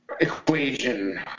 equation